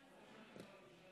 אני מבינה.